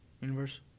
universe